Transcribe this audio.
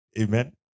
Amen